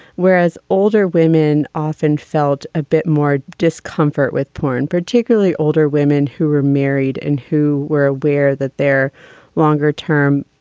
whereas older women often felt a bit more discomfort with porn, particularly older women who were married and who were aware that. there longer term,